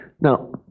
Now